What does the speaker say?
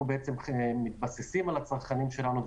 אנו מתבססים על הצרכנים שלנו,